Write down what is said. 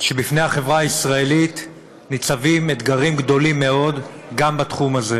שבפני החברה הישראלית ניצבים אתגרים גדולים מאוד גם בתחום הזה.